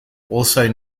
also